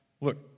look